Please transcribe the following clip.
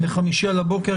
ביום חמישי על הבוקר,